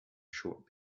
short